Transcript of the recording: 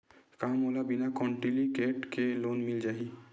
का मोला बिना कौंटलीकेट के लोन मिल जाही?